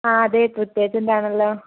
ആ അതെ ട്രിപ്പ് ഏജൻറ്റാണല്ലാ